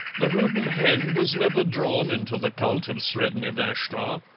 the houdan hen was never drawn into the cult of sredni vashtar.